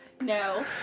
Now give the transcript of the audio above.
No